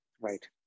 Right